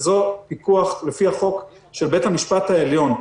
זה לפי החוק פיקוח של בית המשפט העליון,